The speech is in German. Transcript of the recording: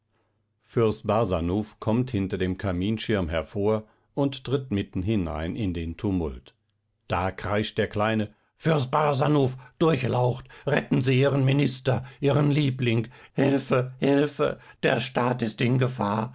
fürst barsanuph kommt hinter dem kaminschirm hervor und tritt hinein mitten in den tumult da kreischt der kleine fürst barsanuph durchlaucht retten sie ihren minister ihren liebling hilfe hilfe der staat ist in gefahr